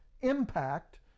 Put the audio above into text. Impact